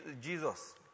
Jesus